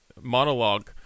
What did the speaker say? monologue